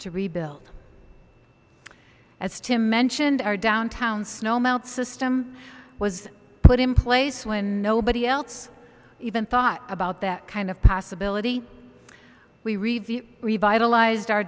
to rebuild as tim mentioned our downtown snow melt system was put in place when nobody else even thought about that kind of possibility we review revitalized our